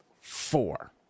Four